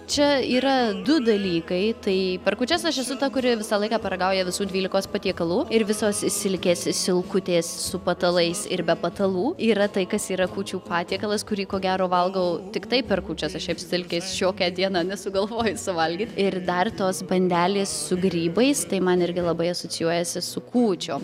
čia yra du dalykai tai per kūčias aš esu ta kuri visą laiką paragauja visų dvylikos patiekalų ir visos silkės silkutės su patalais ir be patalų yra tai kas yra kūčių patiekalas kurį ko gero valgau tiktai per kūčias aš šiaip silkės šiokią dieną nesugalvoju suvalgyt ir dar tos bandelės su grybais tai man irgi labai asocijuojasi su kūčiom